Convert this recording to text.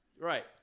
Right